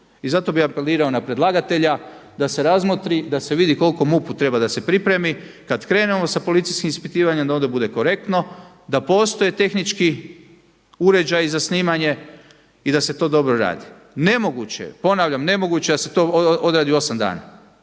I zato bi apelirao na predlagatelja da se razmotri, da se vidi koliko MUP-u treba da se pripremi, kada krenemo sa policijskim ispitivanjem da ono bude korektno da postoje tehnički uređaji za snimanje i da se to dobro radi. Nemoguće je, ponavljam nemoguće je da se to odradi u osam dana,